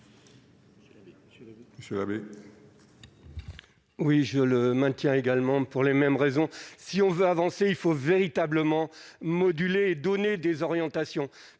monsieur l'abbé.